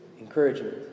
encouragement